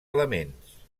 elements